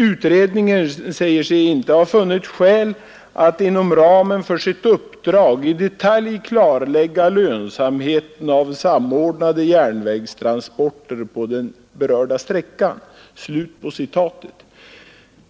Utredningen säger sig inte ha funnit skäl att inom ramen för sitt uppdrag i detalj klarlägga lönsamheten av samordnade järnvägstransporter på den berörda sträckan.”